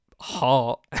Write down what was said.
heart